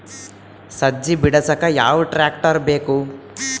ಸಜ್ಜಿ ಬಿಡಸಕ ಯಾವ್ ಟ್ರ್ಯಾಕ್ಟರ್ ಬೇಕು?